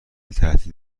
تهدید